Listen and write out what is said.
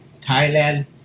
Thailand